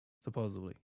supposedly